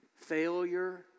failure